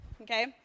okay